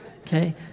okay